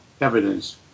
evidence